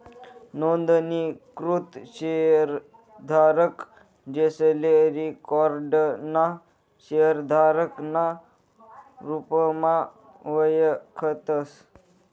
नोंदणीकृत शेयरधारक, जेसले रिकाॅर्ड ना शेयरधारक ना रुपमा वयखतस